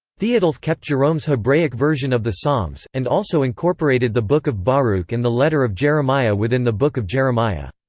theodulf kept jerome's hebraic version of the psalms, and also incorporated the book of baruch and the letter of jeremiah within the book of jeremiah.